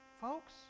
Folks